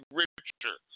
richer